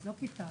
לא כיתה.